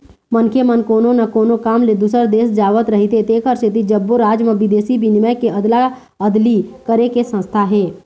मनखे मन कोनो न कोनो काम ले दूसर देश जावत रहिथे तेखर सेती सब्बो राज म बिदेशी बिनिमय के अदला अदली करे के संस्था हे